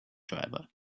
driver